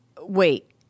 wait